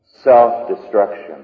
self-destruction